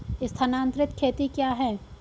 स्थानांतरित खेती क्या है?